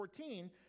14